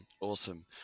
Awesome